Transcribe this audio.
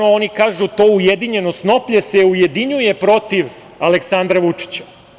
Oni kažu – to ujedinjeno snoplje se ujedinjuju protiv Aleksandra Vučića.